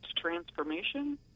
Transformation